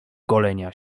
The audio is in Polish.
golenia